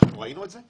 אנחנו ראינו את זה?